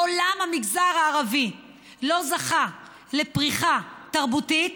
מעולם המגזר הערבי לא זכה לפריחה תרבותית,